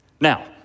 Now